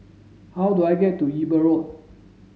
how do I get to Eber Road